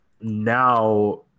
now